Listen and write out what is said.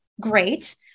great